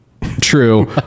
true